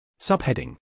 Subheading